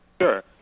sure